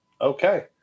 okay